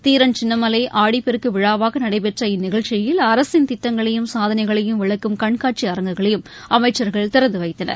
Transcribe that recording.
தீரன் சின்னமலை ஆடிப்பெருக்கு விழாவாக நடைபெற்ற இந்நிகழ்ச்சியில் அரசின் திட்டங்களையும் சாதனைகளையும் விளக்கும் கண்காட்சி அரங்குகளையும் அமைச்சர்கள் திறந்துவைத்தனர்